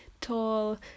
tall